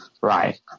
Right